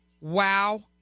wow